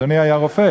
אדוני היה רופא,